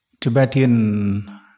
Tibetan